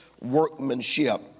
workmanship